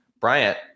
Bryant